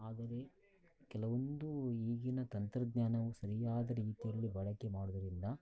ಆದರೆ ಕೆಲವೊಂದು ಈಗಿನ ತಂತ್ರಜ್ಞಾನವು ಸರಿಯಾದ ರೀತಿಯಲ್ಲಿ ಬಳಕೆ ಮಾಡೋದ್ರಿಂದ